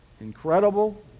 incredible